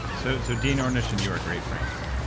so so dean ornish and you are great friends right?